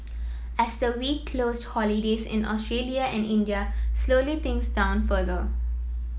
as the week closed holidays in Australia and India slowly things down further